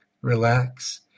relax